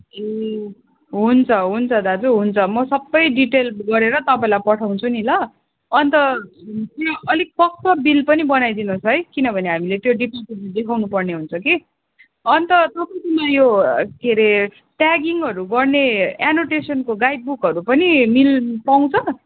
ए हुन्छ हुन्छ दाजु हुन्छ म सबै डिटेल गरेर तपाईँलाई पठाउँछु नि ल अन्त त्यो अलिक पक्का बिल पनि बनाइदिनु होस् है किनभने हामीले त्यो डेप्युटीलाई देखाउनुपर्ने हुन्छ कि अन्त तपाईँकोमा यो के अरे ट्यागिङहरू गर्ने एन्नोटेसनको गाइड बुकहरू पनि मिल पाउँछ